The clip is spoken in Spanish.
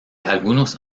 algunos